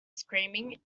screaming